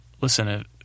listen